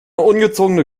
ungezogene